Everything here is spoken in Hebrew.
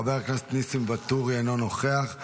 חבר הכנסת נסים ואטורי, אינו נוכח.